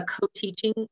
co-teaching